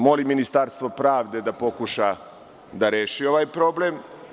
Molim Ministarstvo pravde da pokuša da reši ovaj problem.